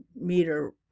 meter